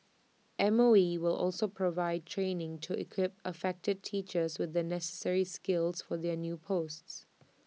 M O E will also provide training to equip affected teachers with the necessary skills for their new posts